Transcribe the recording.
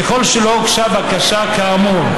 ככל שלא הוגשה בקשה כאמור,